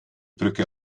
brücke